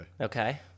Okay